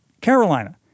Carolina